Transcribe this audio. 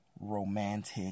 romantic